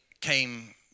came